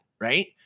right